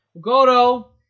Goto